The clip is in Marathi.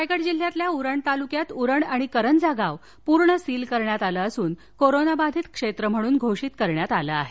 रायगड जिल्ह्यातल्या उरण तालुक्यात उरण आणि करंजा गाव पूर्ण सील करण्यात आलं असून कोरोनाबाधीत क्षेत्र म्हणून घोषित करण्यात आलं आहे